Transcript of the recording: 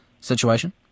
situation